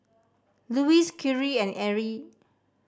Luis Khiry and Arie